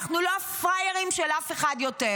ואנחנו לא הפראיירים של אף אחד יותר.